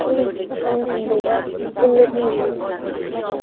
ꯃꯊꯪ ꯁꯟꯗꯦꯗ ꯄꯨꯜꯂꯁꯤ